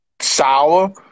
sour